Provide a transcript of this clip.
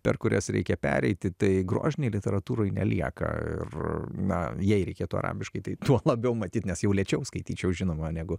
per kurias reikia pereiti tai grožinei literatūrai nelieka ir na jei reikėtų arabiškai tai tuo labiau matyt nes jau lėčiau skaityčiau žinoma negu